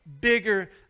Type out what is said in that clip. bigger